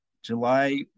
July